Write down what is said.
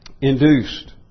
induced